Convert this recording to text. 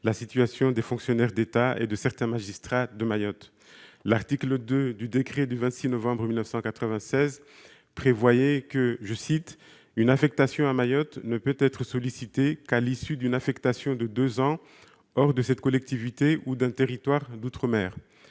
la situation des fonctionnaires de l'État et de certains magistrats de Mayotte. L'article 2 du décret du 26 novembre 1996 prévoit qu'« une affectation à Mayotte ne peut être sollicitée qu'à l'issue d'une affectation de deux ans hors de cette collectivité ou d'un territoire d'outre-mer ».